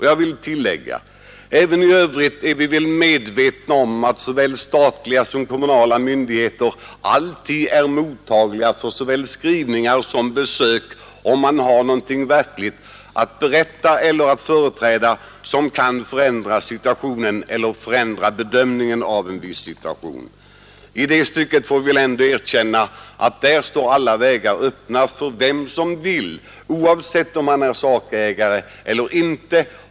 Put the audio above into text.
Jag vill tillägga att vi väl i övrigt är medvetna om att såväl statliga som kommunala myndigheter alltid är mottagliga för såväl skrivelser som besök, om man verkligen har något att meddela eller berätta som kan förändra en viss situation eller bedömningen av denna. I detta stycke får vi väl ändå erkänna att alla vägar står öppna för den som vill meddela något, oavsett om vederbörande är sakägare eller inte.